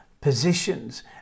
positions